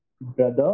brother